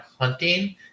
hunting